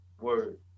Word